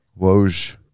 Woj